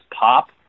pop